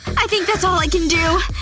i think that's all i can do.